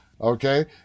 Okay